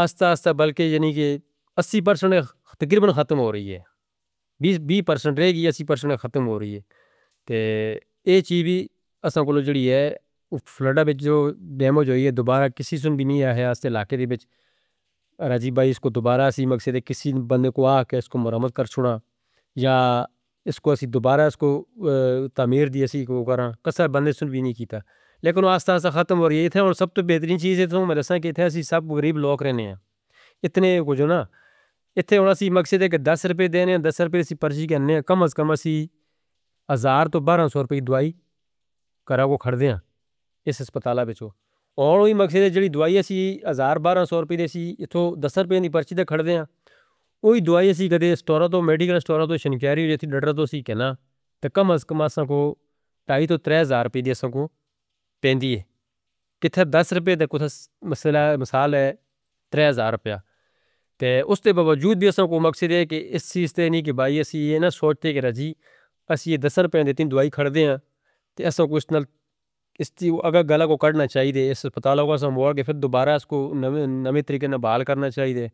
آستا آستا بلکہ یعنی کہ اسی پرسنٹ تقریبا ختم ہو رہی ہے، بیس پرسنٹ رہ گی اسی پرسنٹ ختم ہو رہی ہے۔ یہ چیز بھی اسان کولوں جڑی ہے، فلڈہ وچ جو ڈیموج ہوئی ہے، دوبارہ کسی سن بھی نہیں ہے، ہاں اس علاقے دی وچ۔ ارجیب بھائی اس کو دوبارہ اسی مقصدے دے کسی بندے کو آکے اس کو مرمت کر چھوڑنا یا اس کو اسی دوبارہ اس کو تعمیر دیسی کو کرانا، قصہ بندے سن بھی نہیں کیتا۔ لیکن وہ آستا آستا ختم ہو رہی ہے، یہاں سب تو بہترین چیز ہے، میں دسوں کہ یہاں سب غریب لوگ رہنے ہیں۔ اتنے کچھ نا، اتھے انہوں نے مقصدے کہ دس روپئے دینے ہیں، دس روپئے سے پرچی کرنی ہیں، کم از کم اسی ہزار تو باران سو روپئے دوائی کراوہ کھردے ہیں اس اسپطالہ بچو۔ اور وہی مقصدے جڑی دوائی اسی ہزار باران سو روپئے سے اتھے دس روپئے سے پرچی دے کھردے ہیں، وہی دوائی اسی کدے اسٹورہ تو میڈیکل اسٹورہ تو شنکیریہ جتھے ڈھٹرا تو سی کہنا، تک کم از کم اسان کو ٹائی تو تریس ہزار روپئے دی اسان کو پین دی ہے۔ کتے دس روپئے دے کتے مسئلہ ہے، تریس ہزار روپئے۔ تو اس تے باوجود بھی اسان کو مقصد ہے کہ اس چیز دے نہیں کہ بائی اسی یہ نہ سوچتے کہ راضی، اسی یہ دس روپئے دے تین دوائی کھڑتے ہیں، تو اسان کو اسنال اس تی اگلا گال کو کرنا چاہئے دے، اس اسپطالہ کو اسان کو کہ پھر دوبارہ اس کو نویت طریقے نہ بحال کرنا چاہئے دے.